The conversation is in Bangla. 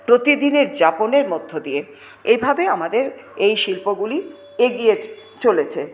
প্রতিদিনের যাপনের মধ্য দিয়ে এইভাবে আমাদের এই শিল্পগুলি এগিয়ে চলেছে